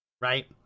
right